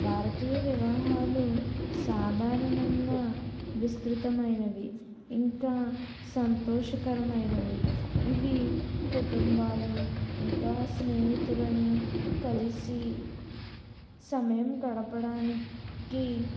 భారతీయ వివాహాలు సాధారణంగా విస్తృతమైనవి ఇంకా సంతోషకరమైనవి ఇవి కుటుంబాలు ఇంకా స్నేహితులను కలిసి సమయం గడపడానికి